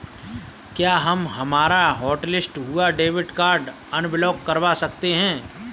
क्या हम हमारा हॉटलिस्ट हुआ डेबिट कार्ड अनब्लॉक करवा सकते हैं?